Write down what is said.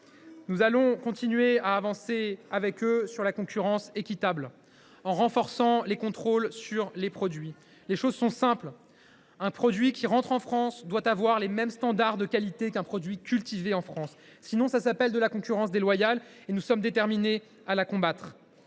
les agriculteurs en matière de concurrence équitable, en renforçant les contrôles sur les produits. Les choses sont simples : un produit qui entre dans notre pays doit répondre aux mêmes standards de qualité qu’un produit cultivé en France. Sinon, cela s’appelle de la concurrence déloyale, et nous sommes déterminés à la combattre.